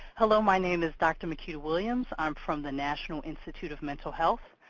hello, my name is dr. makeda williams. i'm from the national institute of mental health.